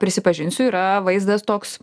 prisipažinsiu yra vaizdas toks